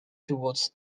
toward